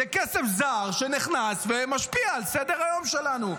זה כסף זר שנכנס ומשפיע על סדר-היום שלנו.